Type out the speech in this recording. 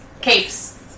Capes